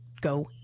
go